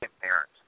parents